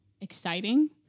exciting